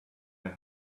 they